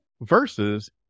Versus